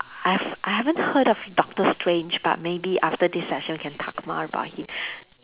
I've I haven't heard of doctor strange but maybe after this session can talk more about him